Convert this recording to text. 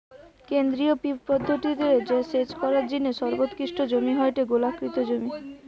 কেন্দ্রীয় পিভট পদ্ধতি রে সেচ করার জিনে সর্বোৎকৃষ্ট জমি হয়ঠে গোলাকৃতি জমি